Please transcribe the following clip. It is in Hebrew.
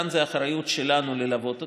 כאן זו אחריות שלנו ללוות אותם: